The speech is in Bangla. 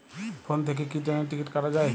ফোন থেকে কি ট্রেনের টিকিট কাটা য়ায়?